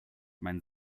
mein